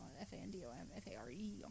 F-A-N-D-O-M-F-A-R-E